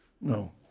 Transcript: No